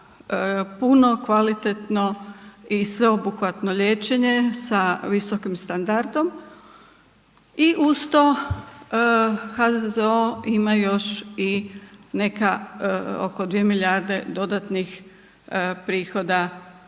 puno, kvalitetno i sveobuhvatno liječenje sa visokim standardom i uz to HZZO ima još i neka oko 2 milijarde dodatnih prihoda